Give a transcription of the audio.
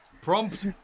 Prompt